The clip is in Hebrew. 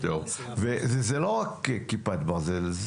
וזה לא רק כיפת ברזל,